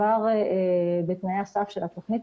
כבר בתנאי הסף של התוכנית,